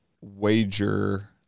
wager